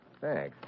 Thanks